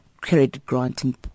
credit-granting